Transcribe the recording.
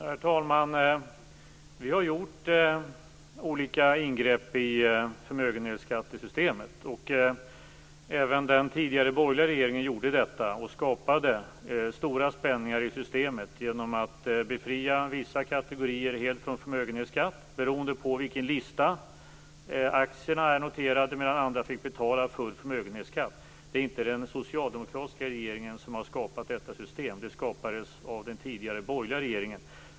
Herr talman! Vi har gjort olika ingrepp i förmögenhetsskattesystemet. Det gjorde även den borgerliga regeringen, som skapade stora spänningar i systemet. Man befriade vissa kategorier helt från förmögenhetsskatt, beroende på vilken lista deras aktier är noterade på, medan andra får betala full förmögenhetsskatt. Det är inte den socialdemokratiska regeringen som har skapat detta system. Det skapades av den tidigare borgerliga regeringen.